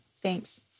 Thanks